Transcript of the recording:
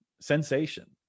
sensation